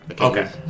Okay